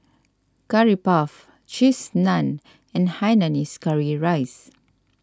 Curry Puff Cheese Naan and Hainanese Curry Rice